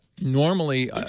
normally –